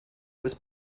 was